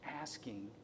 asking